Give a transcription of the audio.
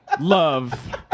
Love